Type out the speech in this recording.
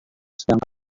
sedang